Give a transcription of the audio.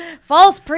false